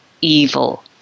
evil